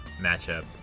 matchup